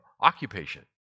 occupation